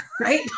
Right